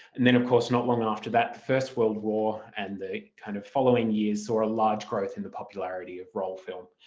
and then of course not long after that the first world war and the kind of following years saw a large growth in the popularity of roll film.